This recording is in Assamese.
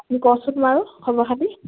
এনে কচোন বাৰু খবৰ খাতি